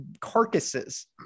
carcasses